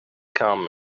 come